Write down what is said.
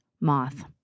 moth